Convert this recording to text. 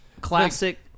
Classic